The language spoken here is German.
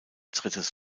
drittes